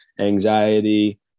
anxiety